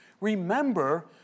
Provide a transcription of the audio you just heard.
Remember